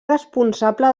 responsable